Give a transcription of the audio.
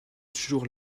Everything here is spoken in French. toujours